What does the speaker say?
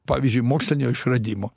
pavyzdžiui mokslinio išradimo